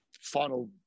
final